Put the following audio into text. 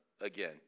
again